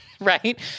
Right